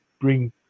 bring